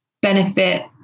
benefit